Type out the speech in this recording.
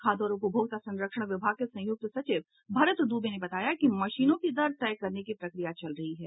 खाद्य और उपभोक्ता संरक्षण विभाग के संयुक्त सचिव भरत दुबे ने बताया कि मशीनों का दर तय करने की प्रक्रिया चल रही है